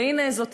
והנה, זאת